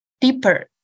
deeper